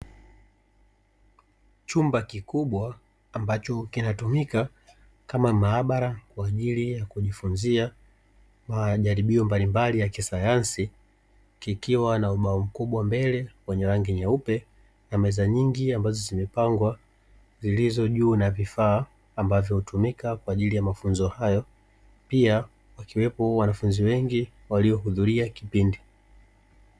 Chumba kikubwa ambacho kinatumika kama maabara kwa ajili ya kujifunzia majaribio mbalimbali ya kisayansi. Kikiwa na ubao mkubwa mbele wenye rangi nyeupe na meza nyingi ambazo zimepangwa zilizo juu na vifaa ambavyo hutumika kwa ajili ya mafunzo hayo. Pia wakiwepo wanafunzi wengi waliohudhuria kipindi.